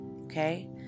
Okay